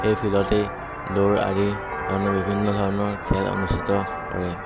সেই ফিল্ডতেই দৌৰ আদি ধৰণৰ বিভিন্ন ধৰণৰ খেল অনুষ্ঠিত কৰে